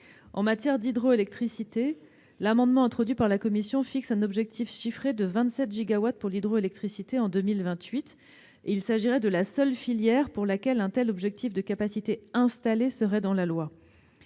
En matière d'hydroélectricité, l'amendement adopté par la commission fixe un objectif chiffré de 27 gigawatts en 2028. Il s'agirait de la seule filière pour laquelle un tel objectif de capacité installée serait inscrit dans la loi.